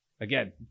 again